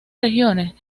regiones